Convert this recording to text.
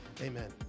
Amen